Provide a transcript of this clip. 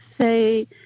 say